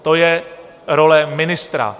To je role ministra.